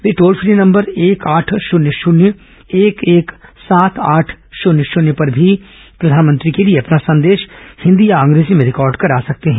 वे toll free number एक आठ शून्य शून्य एक एक सात आठ शून्य शून्य पर भी प्रधानमंत्री के लिए अपना संदेश हिंदी या अंग्रेजी में रिकॉर्ड करा सकते हैं